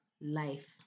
life